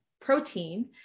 protein